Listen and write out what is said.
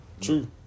True